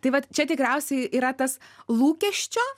tai vat čia tikriausiai yra tas lūkesčio